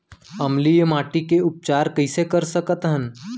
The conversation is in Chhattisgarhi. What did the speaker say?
अम्लीय माटी के उपचार कइसे कर सकत हन?